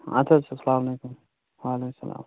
اَدٕ حظ اسلامُ علیکُم وعلیکُم سَلام